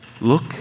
Look